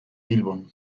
bilbon